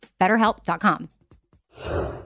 BetterHelp.com